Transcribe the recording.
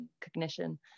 cognition